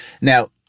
Now